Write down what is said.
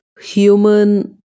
human